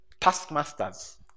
taskmasters